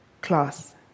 class